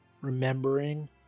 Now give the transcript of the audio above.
Remembering